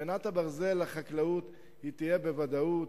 מנת הברזל לחקלאות תהיה בוודאות,